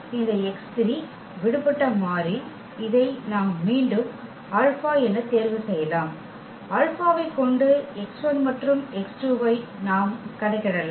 எனவே இந்த x3 விடுபட்ட மாறி இதை நாம் மீண்டும் α என தேர்வு செய்யலாம் α ஐக் கொண்டு x1 மற்றும் x2 ஐ நாம் கணக்கிடலாம்